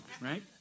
Right